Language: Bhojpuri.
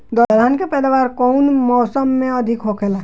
दलहन के पैदावार कउन मौसम में अधिक होखेला?